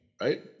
right